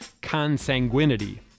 consanguinity